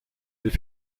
elle